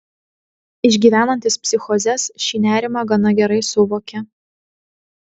išgyvenantys psichozes šį nerimą gana gerai suvokia